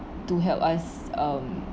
to help us um